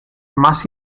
más